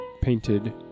painted